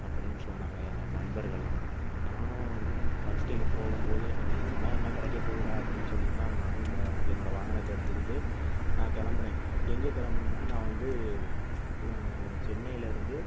அப்படினு சொன்னாங்க ஏன்னால் நண்பர்கள்லாம் நானும் ஃபஸ்ட்டுக்கு போகும் போதே எனக்கு இதுலெலாம் என்ன கிடைக்கப் போகுதுடா அப்படின்னு சொல்லிட்டு தான் அதை நானும் ப என்னோடய வாகனத்தை எடுத்துக்கிட்டு நான் கிளம்புனேன் எங்கே கிளம்புனேன்னா நான் வந்து பு சென்னையிலேருந்து